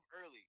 early